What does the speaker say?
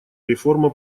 реформа